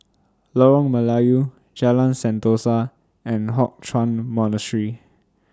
Lorong Melayu Jalan Sentosa and Hock Chuan Monastery